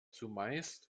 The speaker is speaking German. zumeist